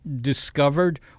discovered